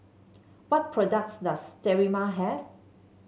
what products does Sterimar have